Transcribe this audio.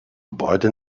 gebäude